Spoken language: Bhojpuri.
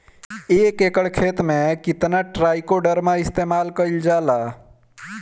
एक एकड़ खेत में कितना ट्राइकोडर्मा इस्तेमाल कईल जाला?